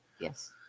Yes